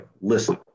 Listen